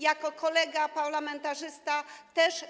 Jako kolega parlamentarzysta też.